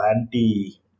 anti-